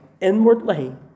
inwardly